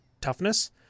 toughness